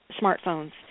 smartphones